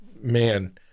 man